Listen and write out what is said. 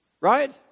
Right